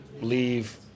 leave